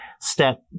step